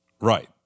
Right